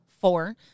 Four